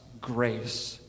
grace